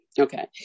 Okay